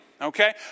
okay